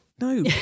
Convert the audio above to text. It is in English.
no